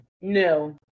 No